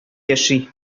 яши